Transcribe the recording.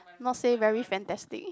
not say very fantastic